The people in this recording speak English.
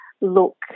look